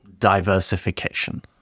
diversification